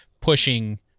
pushing